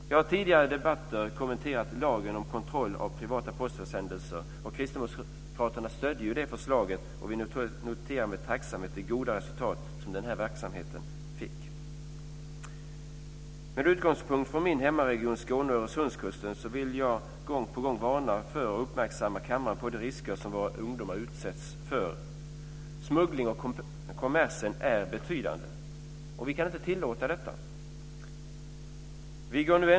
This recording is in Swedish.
Jag har i tidigare debatter kommenterat lagen om kontroll av privata postförsändelser. Kristdemokraterna stödde förslaget, och vi noterar med tacksamhet det goda resultat denna verksamhet fick. Med utgångspunkt i min hemmaregion, Skåne och Öresundskusten, vill jag gång på gång varna för och uppmärksamma kammaren på de risker som våra ungdomar utsätts för. Smuggling och kommers är betydande.